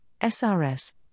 SRS